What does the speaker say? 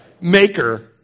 maker